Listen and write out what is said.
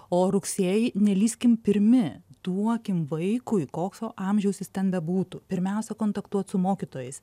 o rugsėjį nelįskim pirmi duokim vaikui kokio amžiaus jis ten bebūtų pirmiausia kontaktuot su mokytojais